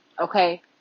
Okay